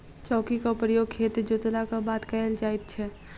चौकीक प्रयोग खेत जोतलाक बाद कयल जाइत छै